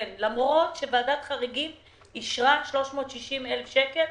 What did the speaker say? למרות שוועדת חריגים אישרה 360,000 שקל